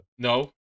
No